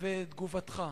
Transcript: ואת תגובתך.